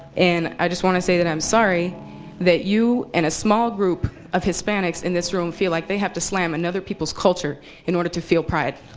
and i just want to say that i'm sorry that you and a small group of hispanics in this room feel like they have to slam another people's culture in order to feel pride